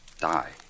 die